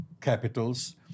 capitals